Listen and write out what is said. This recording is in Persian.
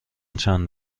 چند